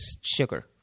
sugar